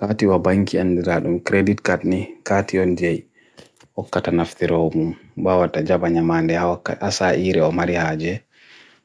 Kati wa baingi aniradum krebit katni, katiyon jay, okatanafti raumu, bawata jabanyamande, asa iri wa marihage,